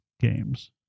games